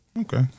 okay